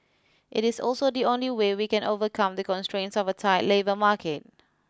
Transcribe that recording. it is also the only way we can overcome the constraints of a tight labour market